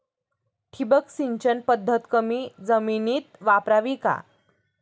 ठिबक सिंचन पद्धत कमी जमिनीत वापरावी का?